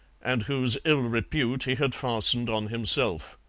and whose ill-repute he had fastened on himself.